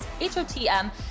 H-O-T-M